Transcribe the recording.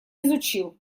изучил